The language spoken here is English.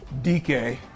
DK